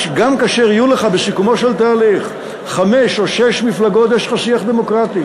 גם כאשר יהיו לך בסיכומו של תהליך חמש או שש מפלגות יש לך שיח דמוקרטי,